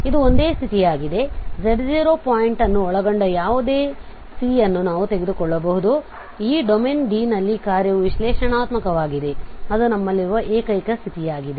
ಆದ್ದರಿಂದ ಇದು ಒಂದೇ ಸ್ಥಿತಿಯಾಗಿದೆ ಈ z0 ಪಾಯಿಂಟ್ ಅನ್ನು ಒಳಗೊಂಡ ಯಾವುದೇ C ಅನ್ನು ನಾವು ತೆಗೆದುಕೊಳ್ಳಬಹುದು ಮತ್ತು ಈ ಡೊಮೇನ್ D ನಲ್ಲಿ ಕಾರ್ಯವು ವಿಶ್ಲೇಷಣಾತ್ಮಕವಾಗಿದೆ ಅದು ನಮ್ಮಲ್ಲಿರುವ ಏಕೈಕ ಸ್ಥಿತಿಯಾಗಿದೆ